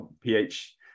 ph